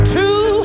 True